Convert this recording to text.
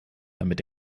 damit